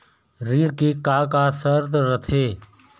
ऋण के का का शर्त रथे?